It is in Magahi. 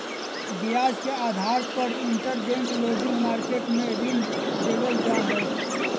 ब्याज के आधार पर इंटरबैंक लेंडिंग मार्केट मे ऋण देवल जा हय